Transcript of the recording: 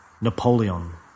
Napoleon